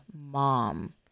mom